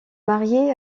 marié